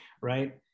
right